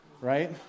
right